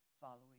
following